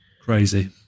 Crazy